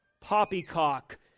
poppycock